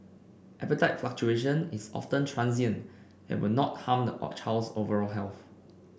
appetite fluctuation is often transient and will not harm a child's overall health